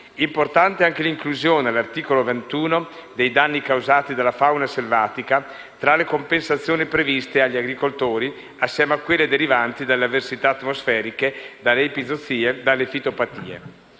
Importante è anche l'inclusione, all'articolo 21, dei danni causati dalla fauna selvatica tra le compensazioni previste agli agricoltori, assieme a quelle derivanti dalle avversità atmosferiche, dalle epizoozie, dalle fitopatie.